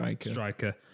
striker